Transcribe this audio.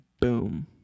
boom